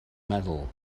medal